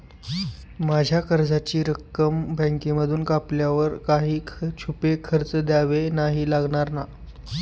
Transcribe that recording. माझ्या कर्जाची रक्कम बँकेमधून कापल्यावर काही छुपे खर्च द्यावे नाही लागणार ना?